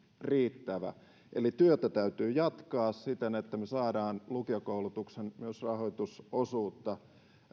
riittävä eli työtä täytyy jatkaa siten että me saamme myös lukiokoulutuksen rahoitusosuutta